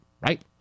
right